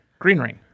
Greenring